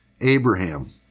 Abraham